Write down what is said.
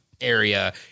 area